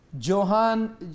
Johan